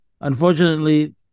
unfortunately